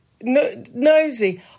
nosy